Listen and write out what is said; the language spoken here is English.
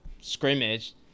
scrimmage